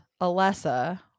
alessa